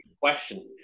question